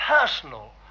personal